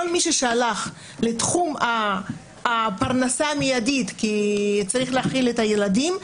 כל מי שהלך לתחום הפרנסה המיידית כי צריך להאכיל את הילדים,